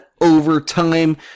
overtime